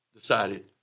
Decided